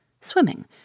swimming